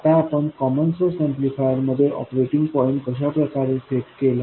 आता आपण common source amplifier मध्ये ऑपरेटिंग पॉईंट कशाप्रकारे सेट केला